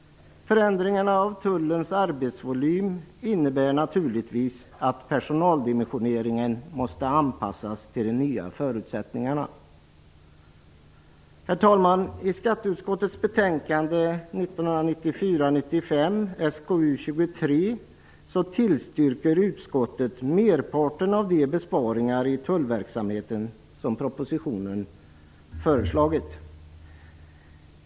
Förändringarna av Tullverkets arbetsvolym innebär naturligtvis att personaldimensioneringen måste anpassas till de nya förutsättningarna. Herr talman! I skatteutskottets betänkande 1994/94:SkU23 tillstyrker utskottet merparten av de besparingar i tullverksamheten som propositionen föreslagit.